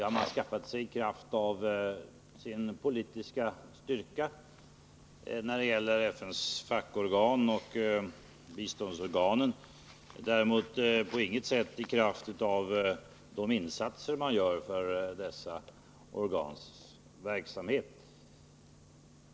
När det gäller FN:s fackorgan och biståndsorganen har de skaffat sig det i kraft av sin politiska styrka, däremot på intet sätt i kraft av de insatser de gör i dessa organs verksamhet.